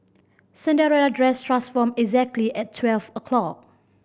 Cinderella dress transformed exactly at twelve o'clock